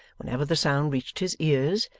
whenever the sound reached his ears,